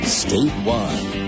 statewide